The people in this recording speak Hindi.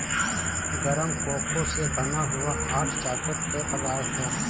गरम कोको से बना हुआ हॉट चॉकलेट पेय पदार्थ है